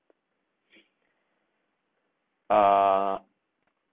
uh